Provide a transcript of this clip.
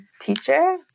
teacher